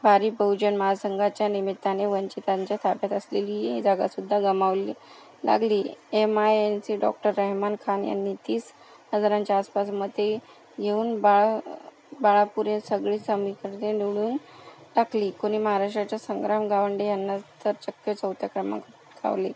भारिप बहुजन महासंघाच्या निमित्ताने वंचितांच्या ताब्यात असलेली ही जागासुद्धा गमावली लागली एम आय एमचे डॉक्टर रेहमान खान यांनी तीस हजारांच्या आसपास मते येऊन बाळा बाळापुरे सगळी समीकरणे निवडून टाकली कोणी महाराष्ट्राच्या संग्राम गावंडे यांना तर चक्क चौथ्या क्रमांकाला लावले